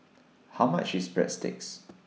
How much IS Breadsticks